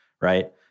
Right